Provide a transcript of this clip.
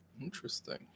Interesting